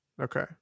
Okay